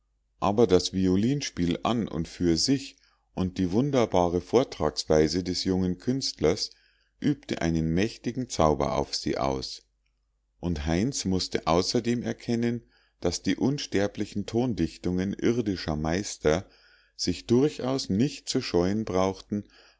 aber das violinspiel an und für sich und die wunderbare vortragsweise des jungen künstlers übte einen mächtigen zauber auf sie aus und heinz mußte außerdem erkennen daß die unsterblichen tondichtungen irdischer meister sich durchaus nicht zu scheuen brauchten